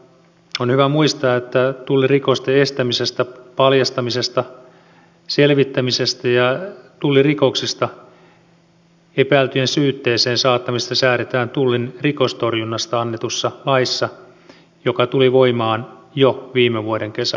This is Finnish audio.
on hyvä muistaa että tullirikosten estämisestä paljastamisesta ja selvittämisestä sekä tullirikoksista epäiltyjen syytteeseen saattamisesta säädetään tullin rikostorjunnasta annetussa laissa joka tuli voimaan jo viime vuoden kesäkuussa